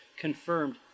confirmed